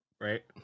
right